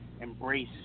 embrace